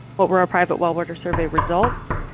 what were our private well water survey results?